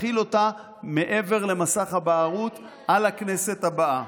תחיל אותה מעבר למסך הבערות, על הכנסת הבאה.